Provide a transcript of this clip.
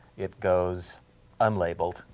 it goes unlabeled